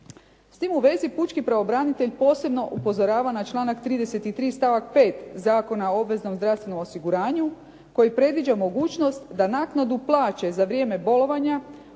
S tim u vezi Pučki pravobranitelj posebno upozorava na članak 33. stavak 5. Zakona o obveznom zdravstvenom osiguranju koji predviđa mogućnost da naknadu plaće za vrijeme bolovanja